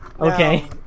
okay